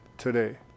today